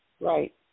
Right